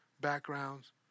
backgrounds